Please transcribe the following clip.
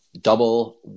double